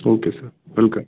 okay sir okay